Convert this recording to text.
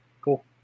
cool